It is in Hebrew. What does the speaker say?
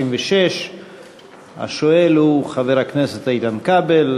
126. השואל הוא חבר הכנסת איתן כבל,